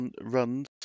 runs